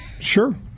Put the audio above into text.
Sure